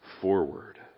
forward